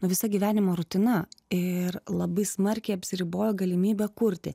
nu visa gyvenimo rutina ir labai smarkiai apsiribojo galimybė kurti